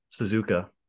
Suzuka